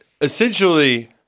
essentially –